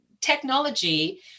technology